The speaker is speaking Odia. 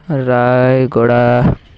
ରାୟଗଡ଼ା